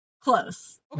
close